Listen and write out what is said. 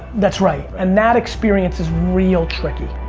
that's right. and that experience is real tricky.